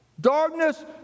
darkness